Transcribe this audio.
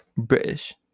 British